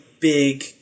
big